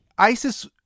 ISIS